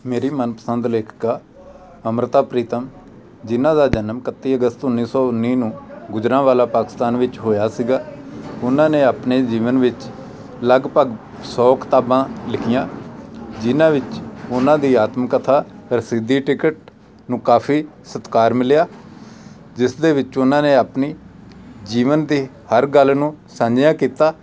ਮੇਰੀ ਮਨਪਸੰਦ ਲੇਖਕ ਅੰਮ੍ਰਿਤਾ ਪ੍ਰੀਤਮ ਜਿਹਨਾਂ ਦਾ ਜਨਮ ਇਕੱਤੀ ਅਗਸਤ ਉੱਨੀ ਸੌ ਉੱਨੀ ਨੂੰ ਗੁਜਰਾਂਵਾਲਾ ਪਾਕਿਸਤਾਨ ਵਿੱਚ ਹੋਇਆ ਸੀਗਾ ਉਹਨਾਂ ਨੇ ਆਪਣੇ ਜੀਵਨ ਵਿੱਚ ਲਗਭਗ ਸੌ ਕਿਤਾਬਾਂ ਲਿਖੀਆਂ ਜਿਨ੍ਹਾਂ ਵਿੱਚ ਉਹਨਾਂ ਦੀ ਆਤਮ ਕਥਾ ਰਸੀਦੀ ਟਿਕਟ ਨੂੰ ਕਾਫੀ ਸਤਿਕਾਰ ਮਿਲਿਆ ਜਿਸ ਦੇ ਵਿੱਚ ਉਹਨਾਂ ਨੇ ਆਪਣੀ ਜੀਵਨ ਦੀ ਹਰ ਗੱਲ ਨੂੰ ਸਾਂਝਿਆ ਕੀਤਾ